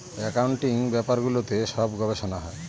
accounting ব্যাপারগুলোতে সব গবেষনা হয়